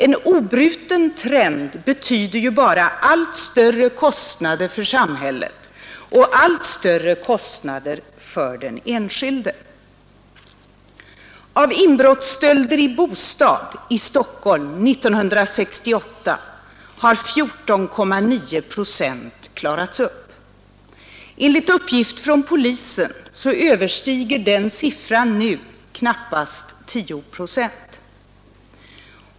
En obruten trend betyder ju bara allt större kostnader för samhället och för den enskilde. Av samtliga inbrottsstölder i bostad i Stockholm 1968 klarades 14,9 procent upp. Enligt uppgift från polisen överstiger den siffran nu knappast 10 procent.